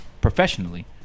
professionally